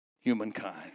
humankind